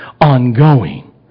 ongoing